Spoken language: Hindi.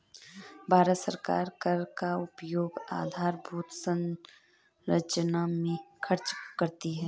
भारत सरकार कर का उपयोग आधारभूत संरचना में खर्च करती है